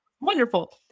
Wonderful